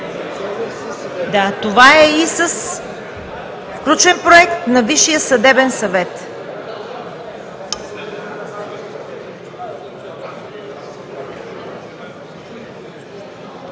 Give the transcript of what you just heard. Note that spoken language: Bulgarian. Това е и с включен Проект на Висшия съдебен съвет.